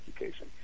education